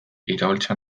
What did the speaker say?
iraultza